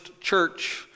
Church